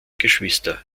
geschwister